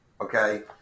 okay